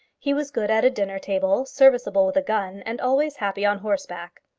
he was good at a dinner-table, serviceable with a gun, and always happy on horseback.